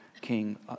King